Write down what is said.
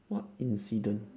what incident